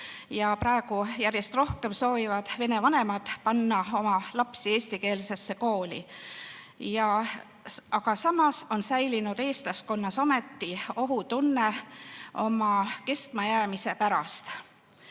ja praegu järjest rohkem soovivad vene vanemad panna oma lapsi eestikeelsesse kooli. Samas on säilinud eestlaskonnas ometi ohutunne oma kestmajäämise pärast.